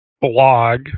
blog